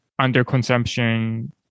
underconsumption